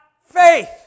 faith